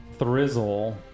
thrizzle